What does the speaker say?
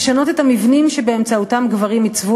לשנות את המבנים שבאמצעותם גברים עיצבו